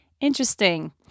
interesting